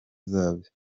zabyo